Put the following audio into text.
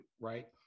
right